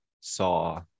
saw